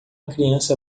criança